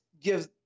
gives